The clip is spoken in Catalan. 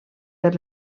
per